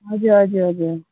हजुर हजुर हजुर